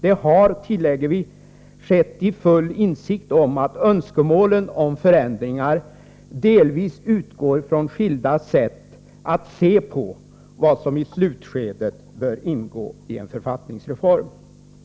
Det har, tillägger vi, skett i full insikt om att önskemålen om förändringar delvis utgår från skilda sätt att se på vad som i slutskedet bör ingå i en författningsreform.